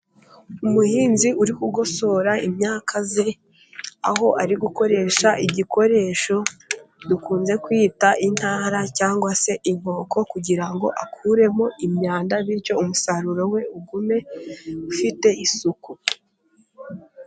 Umuhinzi uri gugosora imyaka ye, aho ari gukoresha igikoresho dukunze kwita intara cyangwa se inkoko, kugira ngo akuremo imyanda bityo umusaruro we ugume ufite isuku.